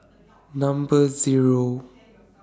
Number Zero